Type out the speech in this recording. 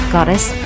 Goddess